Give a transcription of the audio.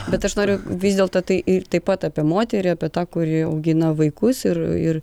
bet aš noriu vis dėlto tai taip pat apie moterį apie tą kuri augina vaikus ir